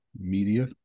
media